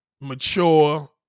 mature